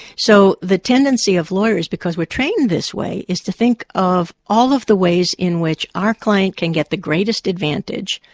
so the tendency of lawyers, because we're trained this way, is to think of all of the ways in which our client can get the greatest advantage,